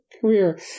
career